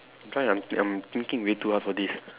try ah I'm I'm thinking way too hard for this